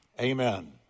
Amen